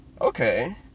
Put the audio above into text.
okay